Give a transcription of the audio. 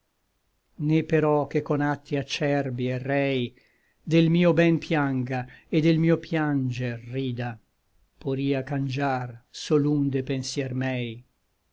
però che con atti acerbi et rei del mio ben pianga et del mio pianger rida poria cangiar sol un de pensier mei